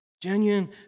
Genuine